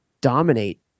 dominate